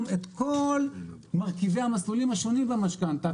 את כל מרכיבי המסלולים השונים והמשכנתא,